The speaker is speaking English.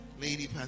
Lady